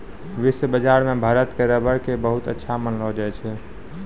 विश्व बाजार मॅ भारत के रबर कॅ बहुत अच्छा मानलो जाय छै